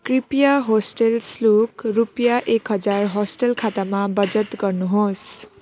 कृपया होस्टल शुल्क रुपियाँ एक हजार होस्टल खातामा बचत गर्नुहोस्